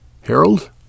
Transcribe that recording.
Harold